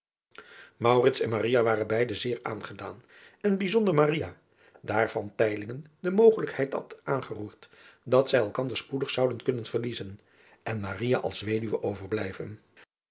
en waren beide zeer aangedaan en bijzonder daar de mogelijkheid had aangeroerd dat zij elkander spoedig zouden kunnen verliezen en als weduwe overblijven